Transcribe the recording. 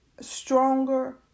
stronger